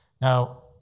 Now